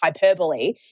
hyperbole